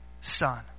Son